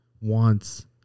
wants